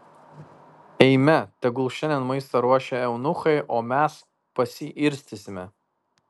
eime tegul šiandien maistą ruošia eunuchai o mes pasiirstysime